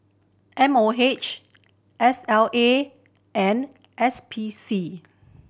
M O H S L A and S P C